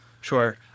sure